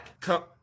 come